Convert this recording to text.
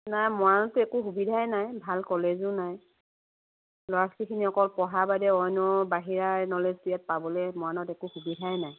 নাই মৰাণতো একো সুবিধাই না ভাল কলেজো নাই ল'ৰা ছোৱালীখিনি অকল পঢ়া বাদে অন্য বাহিৰা নলেজ ইয়াত পাবলৈ মৰাণত একো সুবিধাই নাই